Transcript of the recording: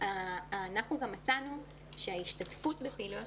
אנחנו גם מצאנו שההשתתפות בפעילויות